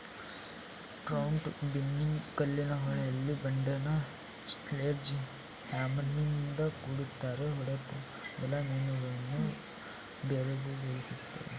trout binning ಕಲ್ಲಿನ ಹೊಳೆಲಿ ಬಂಡೆನ ಸ್ಲೆಡ್ಜ್ ಹ್ಯಾಮರ್ನಿಂದ ಹೊಡಿತಾರೆ ಹೊಡೆತದ ಬಲ ಮೀನುಗಳನ್ನು ಬೆರಗುಗೊಳಿಸ್ತದೆ